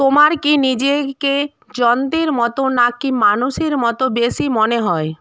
তোমার কি নিজেকে যন্ত্রের মতো না কি মানুষের মতো বেশি মনে হয়